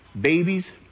Babies